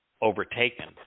overtaken